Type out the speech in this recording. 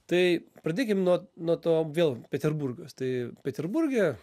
tai pradėkim nuo nuo to vėl peterburgas tai peterburge